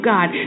God